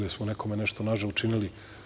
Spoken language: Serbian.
Da li smo nekome nešto nažao učinili?